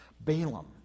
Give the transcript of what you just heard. Balaam